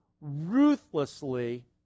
ruthlessly